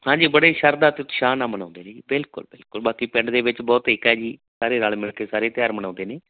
ਹਾਂਜੀ ਬੜੇ ਸ਼ਰਧਾ ਅਤੇ ਉਤਸ਼ਾਹ ਨਾਲ ਮਨਾਉਂਦੇ ਜੀ ਬਿਲਕੁਲ ਬਿਲਕੁਲ ਬਾਕੀ ਪਿੰਡ ਦੇ ਵਿੱਚ ਬਹੁਤ ਏਕਾ ਜੀ ਸਾਰੇ ਰਲ ਮਿਲ ਕੇ ਸਾਰੇ ਤਿਉਹਾਰ ਮਨਾਉਂਦੇ ਨੇ